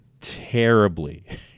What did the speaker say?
terribly